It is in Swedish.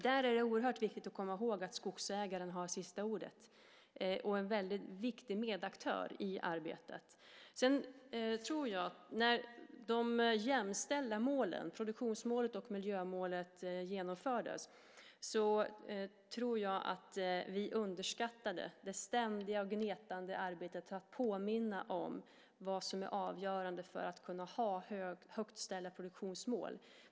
Det är oerhört viktigt att komma ihåg att skogsägaren har sista ordet och är en viktig medaktör i arbetet. När de jämställda målen, produktionsmålet och miljömålet, genomfördes underskattade vi det ständiga och gnetande arbetet att påminna om vad som är avgörande för att ha högt ställda produktionsmål.